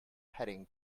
heading